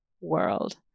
world